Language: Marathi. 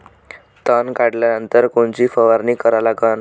तन काढल्यानंतर कोनची फवारणी करा लागन?